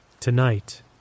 Tonight